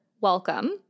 welcome